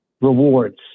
rewards